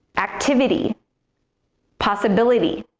activity possibility